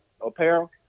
Apparel